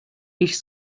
ils